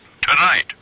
tonight